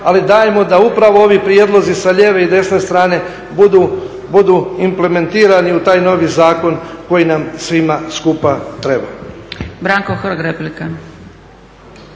ali dajmo da upravo ovi prijedlozi sa lijeve i desne strane budu implementirani u taj novi zakon koji nam svi skupa treba.